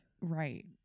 right